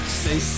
say